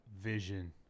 vision